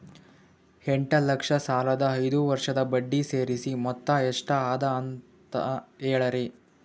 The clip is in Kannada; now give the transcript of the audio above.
ಎಂಟ ಲಕ್ಷ ಸಾಲದ ಐದು ವರ್ಷದ ಬಡ್ಡಿ ಸೇರಿಸಿ ಮೊತ್ತ ಎಷ್ಟ ಅದ ಅಂತ ಹೇಳರಿ?